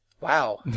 Wow